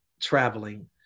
traveling